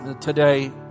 today